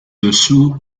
dessous